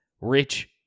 rich